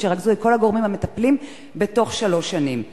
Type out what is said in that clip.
שירכזו את כל הגורמים המטפלים בתוך שלוש שנים.